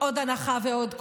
עוד הנחה ועוד קומבינה.